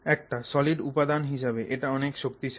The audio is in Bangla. একটা সলিড উপাদান হিসাবে এটা অনেক শক্তিশালী